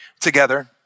together